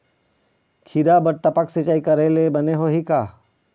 खिरा बर टपक सिचाई करे ले बने होही का?